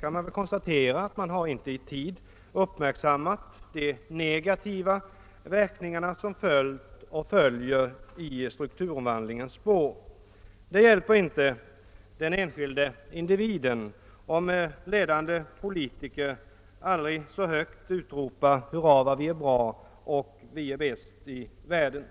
kan väl konstatera att man inte i tid har uppmärksammat de negativa verkningar som följt och följer i strukturomvandlingens spår. Det hjälper inte den enskilde individen om ledande politiker aldrig så högt utropar >Hurra vad vi är bra» och säger att vi är bäst i världen.